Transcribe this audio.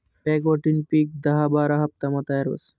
बकव्हिटनं पिक दहा बारा हाफतामा तयार व्हस